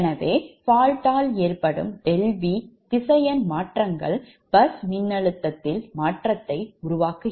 எனவே fault ஆல் ஏற்படும் Δ𝑉 திசையன் மாற்றங்கள் பஸ் மின்னழுத்தத்தில் மாற்றத்தை உண்டாக்கும்